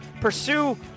pursue